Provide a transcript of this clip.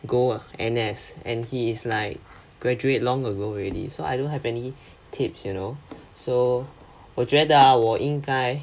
go N_S and he is like graduate long ago already so I don't have any tips you know so 我觉得 ah 我应该